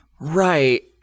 Right